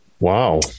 Wow